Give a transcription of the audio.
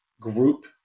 group